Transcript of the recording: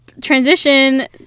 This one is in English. transition